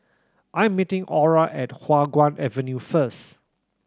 I'm meeting Aura at Hua Guan Avenue first